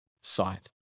sight